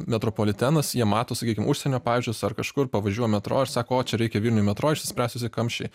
metropolitenas jie mato sakykim užsienio pavyzdžius ar kažkur pavažiuoja metro ir sako o čia reikia vilniui metro išsispręs visi kamščiai